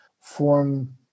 form